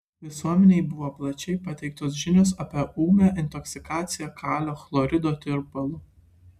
visuomenei buvo plačiai pateiktos žinios apie ūmią intoksikaciją kalio chlorido tirpalu